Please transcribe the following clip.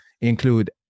include